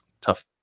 tough